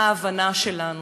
מה ההבנה שלנו?